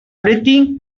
everything